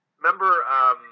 Remember